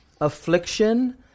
affliction